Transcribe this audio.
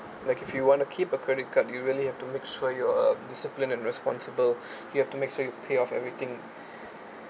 like if you want to keep a credit card you really have to make sure you're discipline and responsible you have to make sure you pay off everything